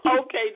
Okay